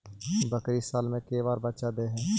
बकरी साल मे के बार बच्चा दे है?